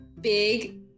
big